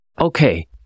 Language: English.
Okay